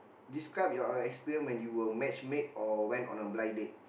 describe your experience when you were match make or went on a blind date